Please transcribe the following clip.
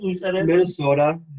Minnesota